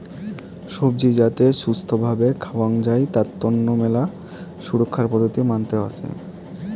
সবজি যাতে ছুস্থ্য ভাবে খাওয়াং যাই তার তন্ন মেলা সুরক্ষার পদ্ধতি মানতে হসে